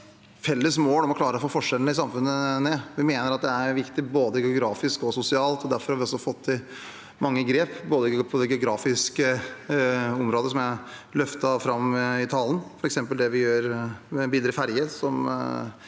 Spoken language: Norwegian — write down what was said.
felles mål om å klare å få forskjellene i samfunnet ned. Vi mener at det er viktig både geografisk og sosialt. Derfor har vi fått til mange grep på det geografiske området, som jeg løftet fram i talen, f.eks. det vi gjør med billigere ferje,